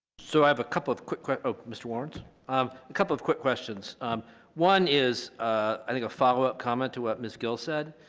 so i have a couple of quick quick mister lawrence um a couple of quick questions one is i think a follow-up comment to what miss gill said